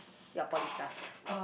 your poly stuff